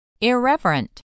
Irreverent